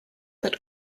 that